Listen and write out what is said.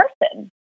person